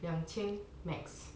两千 max